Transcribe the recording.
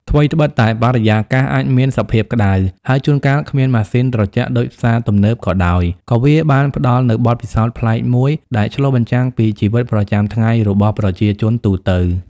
ថ្វីត្បិតតែបរិយាកាសអាចមានសភាពក្តៅ ហើយជួនកាលគ្មានម៉ាស៊ីនត្រជាក់ដូចផ្សារទំនើបក៏ដោយ ក៏វាបានផ្តល់នូវបទពិសោធន៍ប្លែកមួយ ដែលឆ្លុះបញ្ចាំងពីជីវិតប្រចាំថ្ងៃរបស់ប្រជាជនទូទៅ។